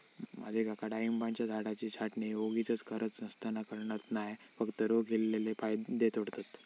माझे काका डाळिंबाच्या झाडाची छाटणी वोगीचच गरज नसताना करणत नाय, फक्त रोग इल्लले फांदये तोडतत